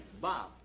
Bob